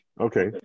Okay